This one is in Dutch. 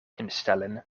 instellen